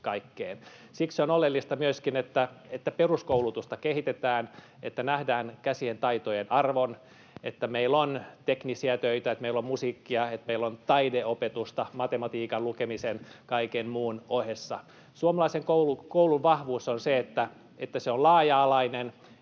myöskin oleellista, että peruskoulutusta kehitetään, että nähdään käsientaitojen arvo ja että meillä on teknisiä töitä, että meillä on musiikkia ja että meillä on taideopetusta matematiikan, lukemisen, kaiken muun ohessa. Suomalaisen koulun vahvuus on se, että se on laaja-alainen